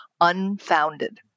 unfounded